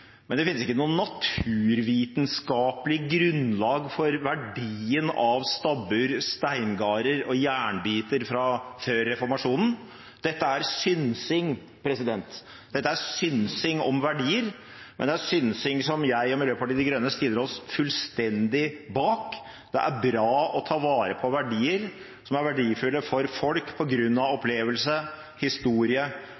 men det finnes ikke noe naturvitenskapelig grunnlag for verdien av stabbur, steingarder og jernbiter fra før reformasjonen. Dette er synsing. Dette er synsing om verdier, men det er en synsing som jeg og Miljøpartiet De Grønne stiller oss fullstendig bak. Det er bra å ta vare på verdier som er verdifulle for folk